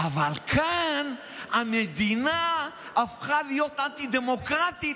אבל כאן המדינה הפכה להיות אנטי-דמוקרטית,